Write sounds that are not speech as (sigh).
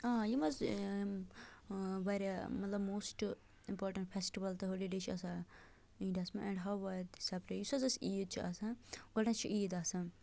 آ یِم حظ یِم واریاہ مطلب موسٹ اِمپاٹنٛٹ فٮ۪سٹِول تہٕ ہولیڈے چھِ آسان اِنٛڈیاہَس منٛز اینٛڈ ہَو آر دے (unintelligible) یُس حَظ اَسہِ عید چھِ آسان گۄڈٕنٮ۪تھ چھِ عید آسان